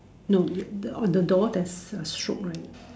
no the on the door there's a stroke right